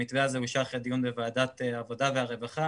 המתווה הזה אושר אחרי דיון בעבודת העבודה והרווחה